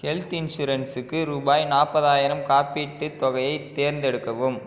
health இன்சூரன்ஸுக்கு ரூபாய் நாற்பதாயிரம் காப்பீட்டுத் தொகையை தேர்ந்தெடுக்கவும்